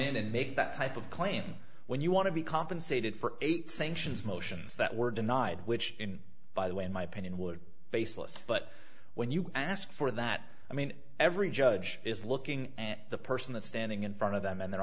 in and make that type of claim when you want to be compensated for eight sanctions motions that were denied which by the way in my opinion would baseless but when you ask for that i mean every judge is looking at the person that's standing in front of them and they're